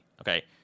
Okay